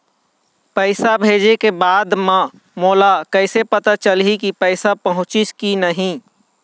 पैसा भेजे के बाद मोला कैसे पता चलही की पैसा पहुंचिस कि नहीं?